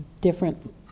different